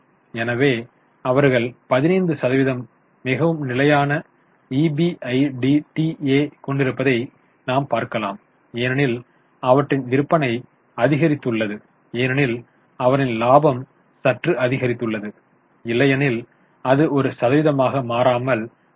எனவே அவர்கள் 15 சதவிகிதம் மிகவும் நிலையான இபிஐடிடீஎ ஐக் கொண்டிருப்பதை நாம் பார்க்கலாம் ஏனெனில் அவற்றின் விற்பனை அதிகரித்துள்ளது ஏனெனில் அவர்களின் லாபம் சற்று அதிகரித்துள்ளது இல்லையெனில் அது ஒரு சதவீதமாக மாறாமல் உள்ளது